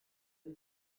sie